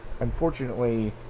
unfortunately